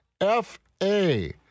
F-A